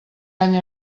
any